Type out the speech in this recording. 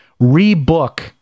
rebook